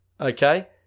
Okay